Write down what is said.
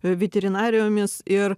veterinarijomis ir